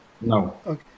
No